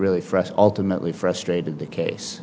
really fresh alternately frustrated the case